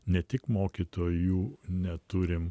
ne tik mokytojų neturim